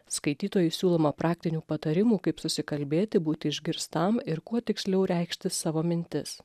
skaitytojui siūloma praktinių patarimų kaip susikalbėti būti išgirstam ir kuo tiksliau reikšti savo mintis